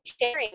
sharing